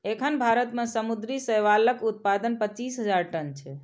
एखन भारत मे समुद्री शैवालक उत्पादन पच्चीस हजार टन छै